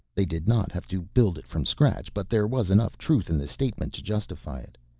they did not have to build it from scratch, but there was enough truth in the statement to justify it.